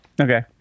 Okay